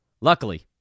Luckily